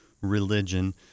religion